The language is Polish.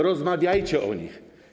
Rozmawiajcie o nich.